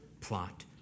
plot